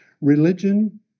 Religion